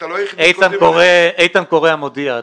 איתן קורא "המודיע".